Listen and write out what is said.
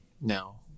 No